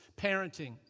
parenting